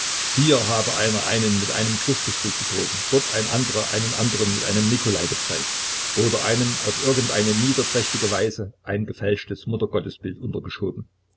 hier habe einer einen mit einem christusbild betrogen dort ein anderer einen andern mit einem nikolai geprellt oder einem auf irgendeine niederträchtige weise ein gefälschtes muttergottesbild untergeschoben